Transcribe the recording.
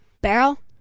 Barrel